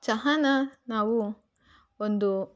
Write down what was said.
ಚಹಾನ ನಾವು ಒಂದು